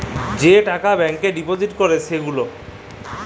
যে টাকা ব্যাংকে ডিপজিট ক্যরে সে গুলা